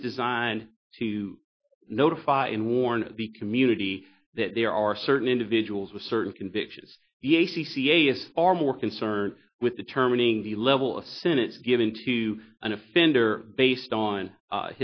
is designed to notify and warn the community that there are certain individuals with certain convictions c c a if are more concerned with determining the level of sin it's given to an offender based on